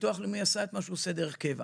הביטוח הלאומי עשה את מה שהוא עושה דרך קבע.